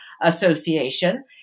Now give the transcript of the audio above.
association